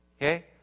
Okay